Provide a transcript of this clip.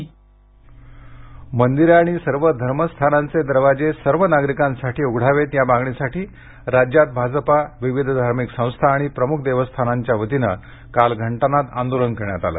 घंटानाद आंदोलन मंदिरे आणि सर्व धर्मस्थानांचे दरवाजे सर्व नागरिकांसाठी उघडावे या मागणीसाठी राज्यात भाजपा विविध धार्मिक संस्था आणि प्रमुख देवस्थानांच्या वतीने काल घंटानाद आंदोलन करण्यात आले